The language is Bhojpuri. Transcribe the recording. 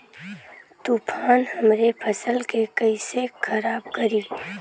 तूफान हमरे फसल के कइसे खराब करी?